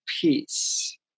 peace